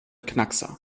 knackser